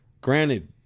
granted